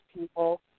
people